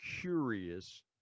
curious